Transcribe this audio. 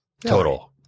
total